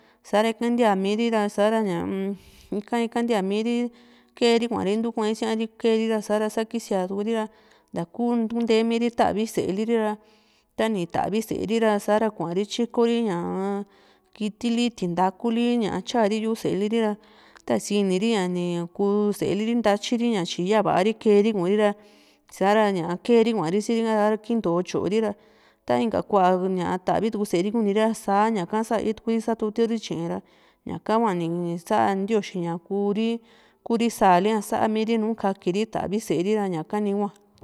sa´ra ika ntiamiri ra sa´ra ñaa-m ika ika ntiamiri keeri kuari ntukuri´a isíari ra sa´ra sa kiisía tukuri ra nta ni kuntemiri ta´vi sée liri ra tani tavi séeri ra sa´ra kuari tyiko ñaa kitili tintakuli ña tyari yuu séeliri ra tani siniri ña ni kuu séeli ri ntatyi ri tyi ya´vari kee ri kuuri ra sa´ra keri kuari siirika ra kinto tyori ra ta inka kuaa ña ta´viku séeri ra saa ñaka sái´tukuri satutu ri tyee´ra ñaka hua ni sa´a ntioxi ñakuu risáa lia sa´miri nu kakuri nùù ta´vi séeri ra ñaka ni hua.